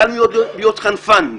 קל מאוד להיות חנפן.